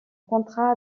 contrat